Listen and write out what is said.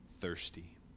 thirsty